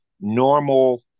normal